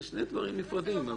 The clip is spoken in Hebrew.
אלה שני דברים נפרדים.